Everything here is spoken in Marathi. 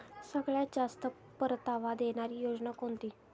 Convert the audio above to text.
सगळ्यात जास्त परतावा देणारी योजना कोणती?